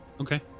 Okay